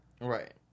Right